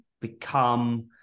become